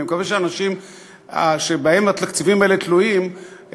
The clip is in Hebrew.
אני מקווה שהאנשים שבהם התקציבים האלה תלויים,